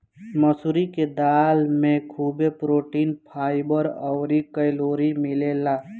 मसूरी के दाली में खुबे प्रोटीन, फाइबर अउरी कैलोरी मिलेला